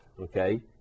Okay